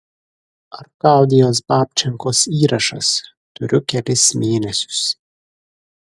arkadijaus babčenkos įrašas turiu kelis mėnesius